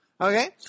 Okay